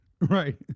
right